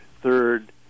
Third